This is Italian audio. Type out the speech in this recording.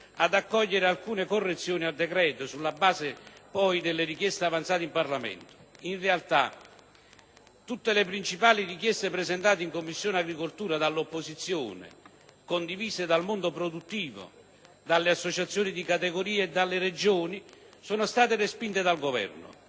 ad accogliere alcune correzioni al decreto sulla base delle richieste avanzate in Parlamento. In realtà, tutte le principali richieste avanzate in Commissione agricoltura dall'opposizione, condivise dal mondo produttivo, dalle associazioni di categoria e dalle Regioni sono state respinte dal Governo.